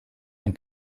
when